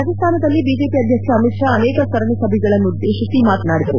ರಾಜಾಸ್ತಾನದಲ್ಲಿ BJP ಅಧ್ಯಕ್ಷ ಅಮಿತ್ ಷಾ ಅನೇಕ ಸರಣಿ ಸಭೆಗಳನ್ನುದ್ದೇಶಿಸಿ ಮಾತನಾಡಿದರು